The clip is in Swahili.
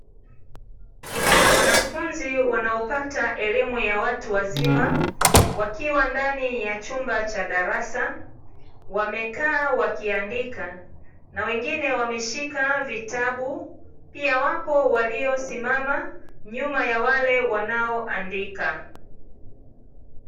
Wanafunzi wanaopata elimu ya watu wazima, wakiwa ndani ya chumba cha darasa, wamekaa wakiandika na wengine wameshika vitabu, pia wapo waliosimama nyuma ya wale wanaoandika.